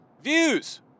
views